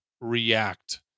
react